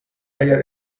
اگر